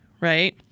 right